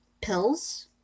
pills